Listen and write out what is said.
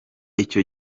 icyo